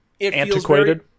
antiquated